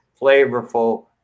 flavorful